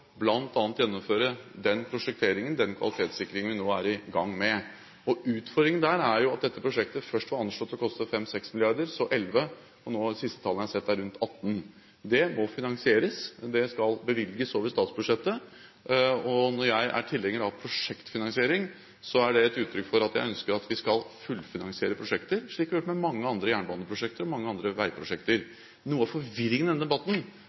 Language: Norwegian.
gjennomføre den prosjekteringen, den kvalitetssikringen vi nå er i gang med. Utfordringen der er jo at dette prosjektet først var anslått å koste 5–6 mrd. kr, så 11 mrd. kr, og det siste tallet jeg har sett, er rundt 18 mrd. kr. Det må finansieres, det skal bevilges over statsbudsjettet, og når jeg er tilhenger av prosjektfinansiering, er det et uttrykk for at jeg ønsker at vi skal fullfinansiere prosjekter, slik vi har gjort med mange andre jernbaneprosjekter og mange andre veiprosjekter. Noe av forvirringen i denne debatten